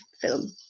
film